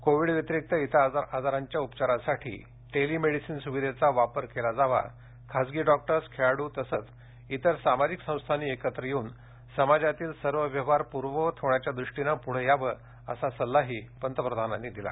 Covid व्यतिरिक्त इतर आजारांच्या उपचारासाठी टेलिमेडीसीन सुविधेचा वापर केला जावा खासगी डक्टर्स खेळाडू तसंच इतर सामाजिक संस्थांनी एकत्र येऊन समाजातील सर्व व्यवहार पुर्ववत होण्याच्या दृष्टीनं पुढे यावं असा सल्लाही पंतप्रधानांनी दिला